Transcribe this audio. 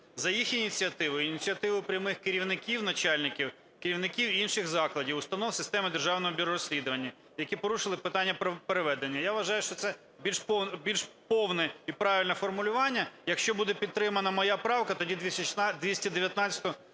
за їх ініціативою, ініціативою прямих керівників, начальників, керівників інших закладів, установ системи Державного бюро розслідувань, які порушили питання про переведення. Я вважаю, що це більш повне і правильне формулювання. Якщо буде підтримана моя правка, тоді 219-у